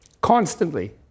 constantly